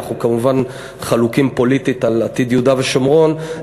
אנחנו כמובן חלוקים פוליטית על עתיד יהודה ושומרון,